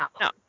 No